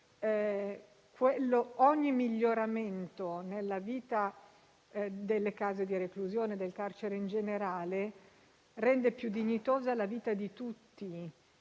ogni miglioramento di vita all'interno delle case di reclusione e del carcere in generale rende più dignitosa la vita di tutti,